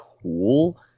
cool